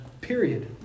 Period